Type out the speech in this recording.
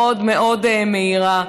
מאוד מאוד מהירה.